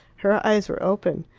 her eyes were open,